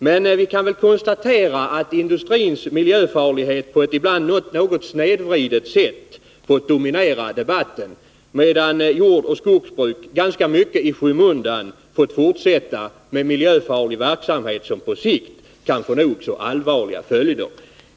Men vi kan väl konstatera att industrins miljöfarlighet ibland på ett något snedvridet sätt fått dominera debatten, medan jordoch skogsbruk i stor utsträckning i skymundan fått fortsätta med miljöfarlig verksamhet, som på sikt kan få nog så allvarliga följder.